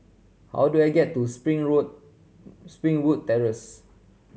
how do I get to Springwood Springwood Terrace